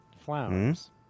Flowers